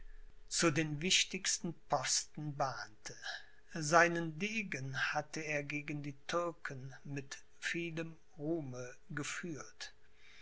zu den wichtigsten posten bahnte seinen degen hatte er gegen die türken mit vielem ruhme geführt